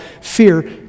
Fear